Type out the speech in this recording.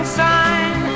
sign